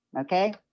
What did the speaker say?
okay